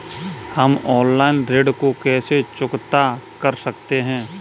हम ऑनलाइन ऋण को कैसे चुकता कर सकते हैं?